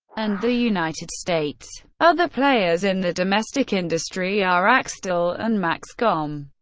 and the united states. other players in the domestic industry are axtel and maxcom.